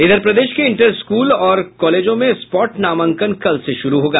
इधर प्रदेश के इंटर स्कूल और कॉलेजों में स्पॉट नामांकन कल से शुरू होगा